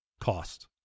cost